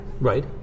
Right